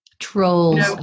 trolls